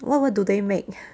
what what do they make